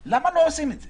למה לא עושים את זה?